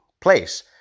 place